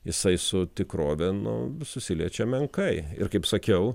jisai su tikrove nu susiliečia menkai ir kaip sakiau